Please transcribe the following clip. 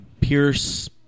Pierce